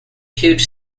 huge